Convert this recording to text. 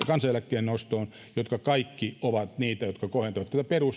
kansaneläkkeen nostoon nämä kaikki ovat niitä jotka kohentavat